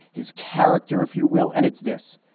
his character, if you will. and it's this.